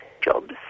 jobs